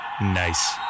Nice